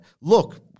Look